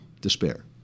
despair